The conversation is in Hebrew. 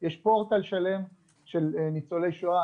יש פורטל שלם את ניצולי שואה,